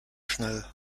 schnell